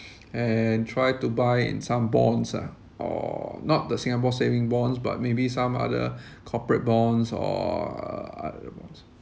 and try to buy in some bonds ah or not the Singapore saving bonds but maybe some other corporate bonds or uh